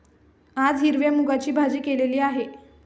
आज हिरव्या मूगाची भाजी केलेली आहे